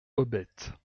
hobette